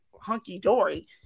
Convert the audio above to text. hunky-dory